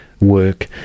work